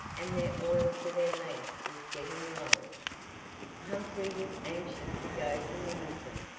and their oil for their lamp was getting low humphrey was anxious to go to lymington,